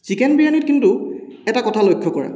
chicken বিৰিয়ানিত কিন্তু এটা কথা লক্ষ্য কৰা